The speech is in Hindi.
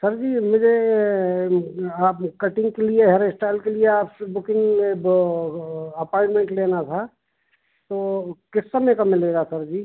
सर जी मुझे आप कटिंग के लिए हेयर इस्टाइल के लिए आपसे बुकिंग अप्वाइंटमेंट लेना था तो किस समय का मिलेगा सर जी